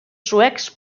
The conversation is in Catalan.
suecs